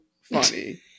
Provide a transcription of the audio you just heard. funny